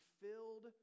filled